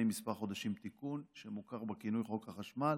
כמה חודשים שמוכר בכינוי "חוק החשמל",